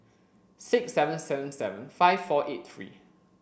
six seven seven seven five four eight three